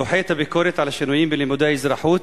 הוא דוחה את הביקורת על השינויים בלימודי האזרחות,